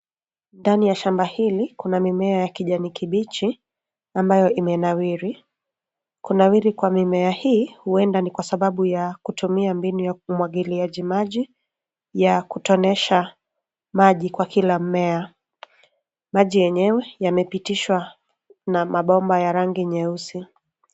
Ndani ya shamba hili kuna mimea ya kijani kibichi ambayo imenawiri. Kunawiri kwa mimea hii huenda ni kwa sababu ya kutumia mbinu ya umwangiliaji maji ya kutonesha maji kwa kila mmea. Maji yenyewe yamepitishwa na mabomba ya rangi nyeusi.